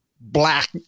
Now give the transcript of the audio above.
black